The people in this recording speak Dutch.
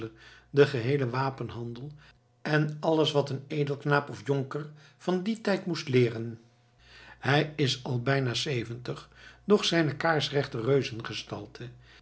den geheelen wapenhandel en alles wat een edelknaap of jonker van dien tijd moest leeren hij is al bijna zeventig doch zijne